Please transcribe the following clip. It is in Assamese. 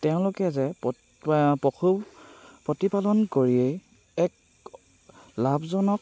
তেওঁলোকে যে পশু প্ৰতিপালন কৰিয়েই এক লাভজনক